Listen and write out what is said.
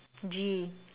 G